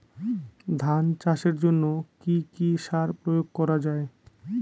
ধান চাষের জন্য কি কি সার প্রয়োগ করা য়ায়?